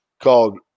called